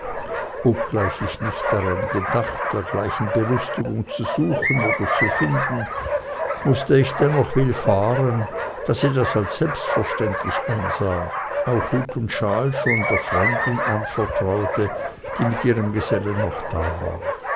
obgleich ich nicht daran gedacht dergleichen belustigung zu suchen oder zu finden mußte ich dennoch willfahren da sie das als selbstverständlich ansah auch hut und shawl schon der freundin anvertraute die mit ihrem gesellen noch da war